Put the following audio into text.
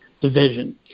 Division